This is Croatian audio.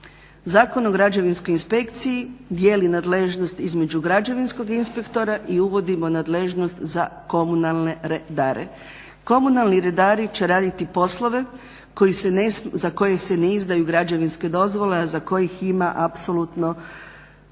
Zakon o građevinskoj inspekciji dijeli nadležnost između građevinskog inspektora i uvodimo nadležnost za komunalne redare. Komunalni redari će raditi poslove za koje se ne izdaju građevinske dozvole, a za kojih ima apsolutno